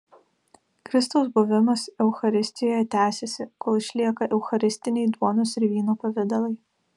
kristaus buvimas eucharistijoje tęsiasi kol išlieka eucharistiniai duonos ir vyno pavidalai